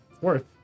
worth